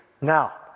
Now